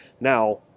Now